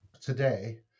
today